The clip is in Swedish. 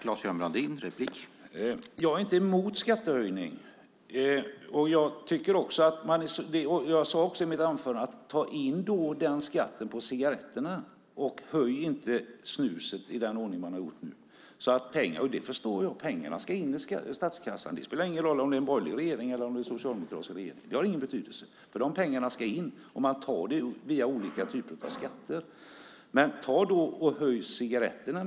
Herr talman! Jag är inte emot en skattehöjning. Jag sade också i mitt anförande: Ta då in den skatten på cigaretterna och höj inte snuset på det sätt som har skett nu. Att pengarna ska in i statskassan förstår jag. Det spelar ingen roll om det är en borgerlig regering eller en socialdemokratisk regering. Pengarna ska in, och man tar det via olika typer av skatter. Men ta då och höj mer för cigaretterna!